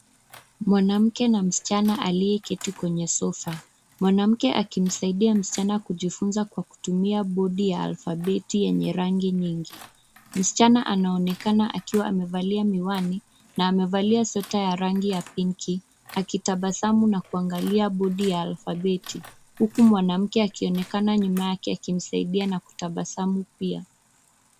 Mwanamke na msichana aliyeketi kwenye sofa. Mwanamke akimsaidia msichana kujifunza kwa kutumia bodi ya alfabeti yenye rangi nyingi. Msichana anaonekana akiwa amevalia miwani na amevalia sweta ya rangi ya pinki akitabasamu na kuangalia bodi ya alfabeti huku mwanamke akionekana nyuma yake akimsaidia na kutabasamu pia.